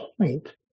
point